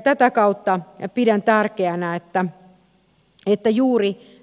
tätä kautta pidän tärkeänä että juuri